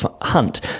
hunt